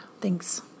Thanks